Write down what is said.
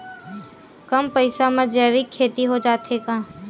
कम पईसा मा जैविक खेती हो जाथे का?